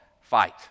fight